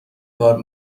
کار